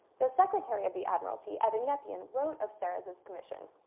the secretary of the admiralty of a nepean wrote of serres as commission.